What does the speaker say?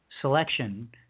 Selection